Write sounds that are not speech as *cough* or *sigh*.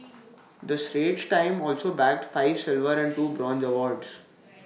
*noise* the straits times also bagged five silver and two bronze awards